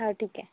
हो ठीक आहे